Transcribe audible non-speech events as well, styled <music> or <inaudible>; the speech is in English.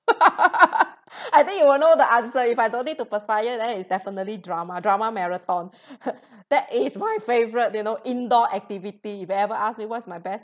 <laughs> I think you will know the answer if I don't need to perspire then it's definitely drama drama marathon that is my favourite you know indoor activity if you ever ask me what's my best